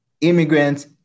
immigrants